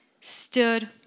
stood